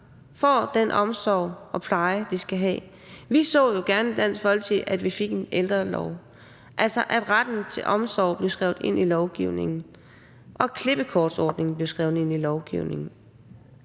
får den omsorg og pleje, de skal have. Vi så jo gerne i Dansk Folkeparti, at vi fik en ældrelov, altså at retten til omsorg blev skrevet ind i lovgivningen, og at klippekortsordningen blev skrevet ind i lovgivningen.